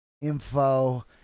info